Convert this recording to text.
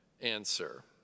answer